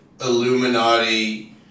Illuminati